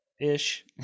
Ish